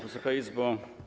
Wysoka Izbo!